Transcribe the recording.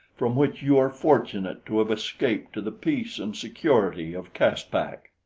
from which you are fortunate to have escaped to the peace and security of caspak.